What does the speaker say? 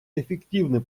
эффективный